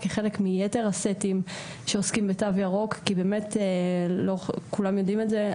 כי חלק מיתר הסטים שעוסקים בתו ירוק כי באמת כולם יודעים את זה,